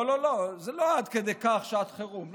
לא לא לא, זה לא עד כדי כך שעת חירום.